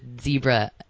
zebra